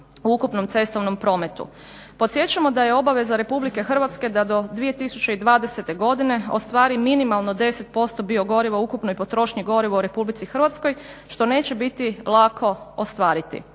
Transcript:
u ukupnom cestovnom prometu. Podsjećamo da je obaveza RH da do 2020.godine ostvari minimalno 10% biogoriva u ukupnoj potrošnji goriva u RH što neće biti lako ostvariti.